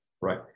right